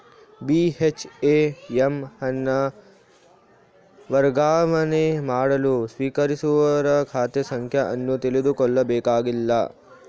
ಬಿ.ಹೆಚ್.ಐ.ಎಮ್ ಹಣ ವರ್ಗಾವಣೆ ಮಾಡಲು ಸ್ವೀಕರಿಸುವವರ ಖಾತೆ ಸಂಖ್ಯೆ ಅನ್ನು ತಿಳಿದುಕೊಳ್ಳಬೇಕಾಗಿಲ್ಲ